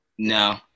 No